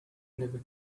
never